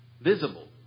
visible